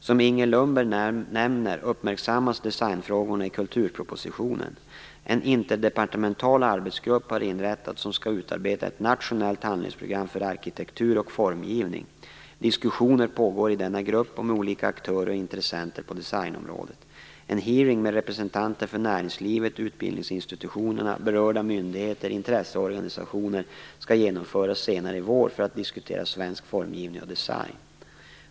Som Inger Lundberg nämner uppmärksammas designfrågorna i kulturpropositionen . En interdepartemental arbetsgrupp har inrättats som skall utarbeta ett nationellt handlingsprogram för arkitektur och formgivning. Diskussioner pågår i denna grupp och med olika aktörer och intressenter på designområdet. En hearing med representanter för näringslivet, utbildningsinstitutionerna, berörda myndigheter, intresseorganisationer m.fl. skall genomföras senare i vår för att diskutera svensk formgivning och design.